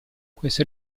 queste